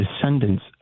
descendants